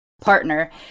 partner